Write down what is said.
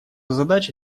задача